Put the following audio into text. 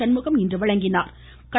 சண்முகம் இன்று வழங்கினாா்